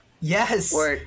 Yes